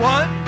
One